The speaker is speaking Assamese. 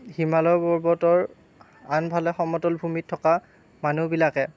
হিমালয় পৰ্বতৰ আনফালে সমতল ভূমিত থকা মানুহবিলাকে